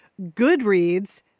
Goodreads